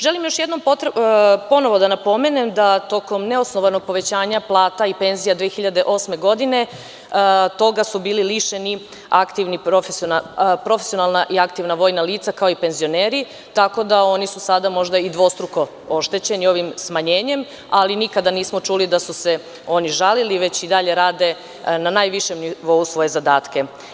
Želim još jednom ponovo da napomenem da tokom neosnovanog povećanja plata i penzija 2008. godine, toga su bili lišeni profesionalna i aktivna vojna lica kao i penzioneri, tako da su oni sada možda i dvostruko oštećeni ovim smanjenjem, ali nikada nismo čuli da su se oni žalili, već i dalje rade na najvišem nivou svoje zadatke.